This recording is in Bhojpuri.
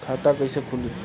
खाता कइसे खुली?